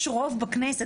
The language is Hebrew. יש רוב בכנסת,